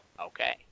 Okay